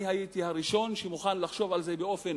הייתי הראשון שמוכן לחשוב על זה באופן